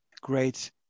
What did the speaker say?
great